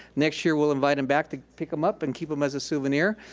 next year we'll invite em back to pick em up and keep em as a souvenir.